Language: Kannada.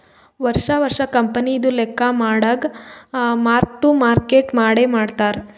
ವರ್ಷಾ ವರ್ಷಾ ಕಂಪನಿದು ಲೆಕ್ಕಾ ಮಾಡಾಗ್ ಮಾರ್ಕ್ ಟು ಮಾರ್ಕೇಟ್ ಮಾಡೆ ಮಾಡ್ತಾರ್